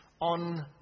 on